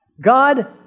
God